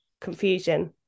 confusion